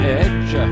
edge